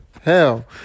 hell